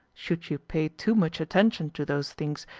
should you pay too much attention to those things,